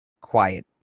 quiet